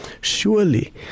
Surely